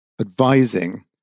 advising